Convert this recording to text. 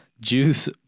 juice